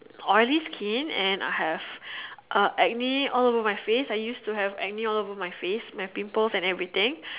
oily skin and I have uh acne all over my face I used to have acne all over my face my pimples and everything